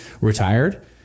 retired